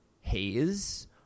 haze